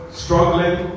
struggling